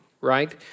right